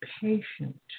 patient